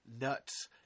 nuts